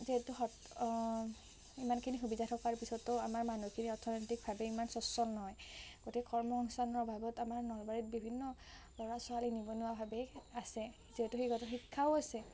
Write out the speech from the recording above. যিহেতু ইমানখিনি সুবিধা থকাৰ পিছতো আমাৰ মানুহখিনি অৰ্থনৈতিকভাৱে ইমান স্বচ্ছল নহয় গতিকে কৰ্ম সংস্থাপনৰ অভাৱত আমাৰ নলবাৰীত বিভিন্ন ল'ৰা ছোৱালী নিবনুৱাভাৱে আছে এতিয়াতো সিহঁতৰ শিক্ষাও আছে